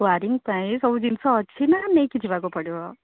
wiring ପାଇଁ ସବୁ ଜିନିଷ ଅଛି ନା ନେଇକି ଯିବାକୁ ପଡ଼ିବ